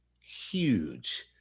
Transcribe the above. huge